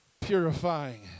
Purifying